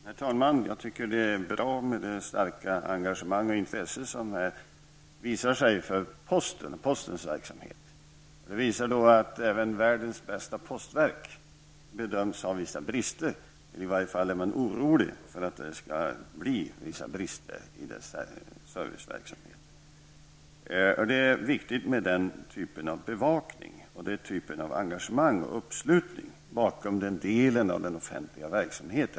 Herr talman! Jag tycker att det är bra med det starka engagemang och intresse som visat sig för postens verksamhet. Det visar att även världens bästa postverk bedöms ha vissa brister. I varje fall är man orolig för att det skall bli brister i dess serviceverksamhet. Det är viktigt med den typen av bevakning, engagemang och uppslutning bakom den delen av den offentliga verksamheten.